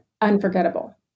unforgettable